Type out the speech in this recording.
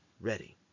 ready